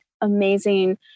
amazing